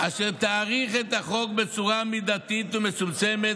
אשר תאריך את החוק בצורה מידתית ומצומצמת